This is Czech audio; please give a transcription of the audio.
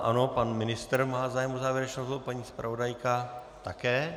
Ano, pan ministr má zájem o závěrečné slovo, paní zpravodajka také.